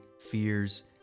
fears